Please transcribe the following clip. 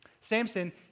Samson